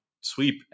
sweep